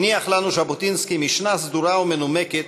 הניח לנו ז'בוטינסקי משנה סדורה ומנומקת